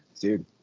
dude